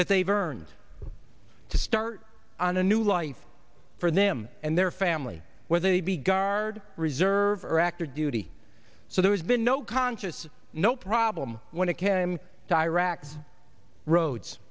that they've earned to start a new life for them and their family whether they be guard or reserve or act or duty so there has been no conscious no problem when it came to iraq's roads